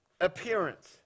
appearance